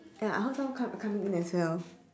ya I heard someone come coming in as well